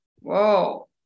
Whoa